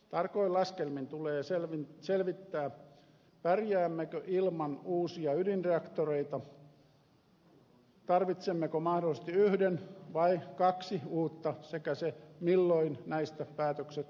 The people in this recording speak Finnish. tarkoin laskelmin tulee selvittää pärjäämmekö ilman uusia ydinreaktoreita tarvitsemmeko mahdollisesti yhden vai kaksi uutta sekä milloin näistä päätökset on tehtävä